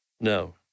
no